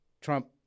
Trump